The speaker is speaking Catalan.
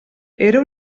era